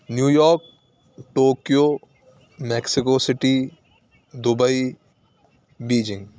new York Tokyo Mexico City Dubai Beijing